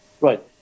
Right